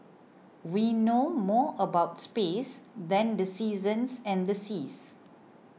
we know more about space than the seasons and the seas